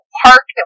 park